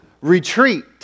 retreat